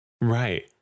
Right